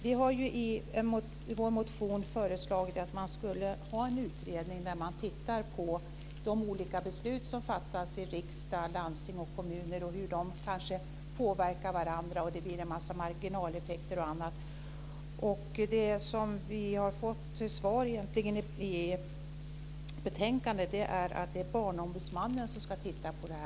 Vi har i vår motion föreslagit en utredning som ska titta på hur de beslut som fattas i riksdag, landsting och kommuner påverkar varandra, med marginaleffekter osv. Det svar som vi har fått i betänkandet är att det är Barnombudsmannen som ska titta på detta.